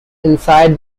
inside